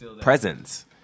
presents